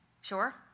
Sure